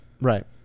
Right